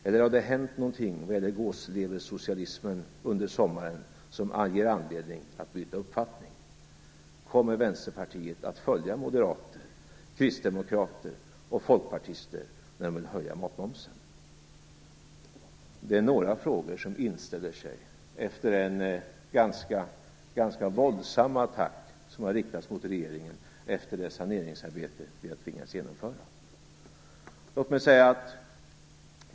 Eller har det under sommaren hänt något vad gäller gåsleversocialismen som ger er anledning att byta uppfattning? Kommer Vänsterpartiet att följa moderater, kristdemokrater och folkpartister när de vill höja matmomsen? Det är några frågor som inställer sig efter den ganska våldsamma attack som har riktats mot regeringen efter det saneringsarbete som vi har tvingats genomföra.